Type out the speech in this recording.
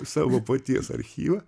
savo paties archyvą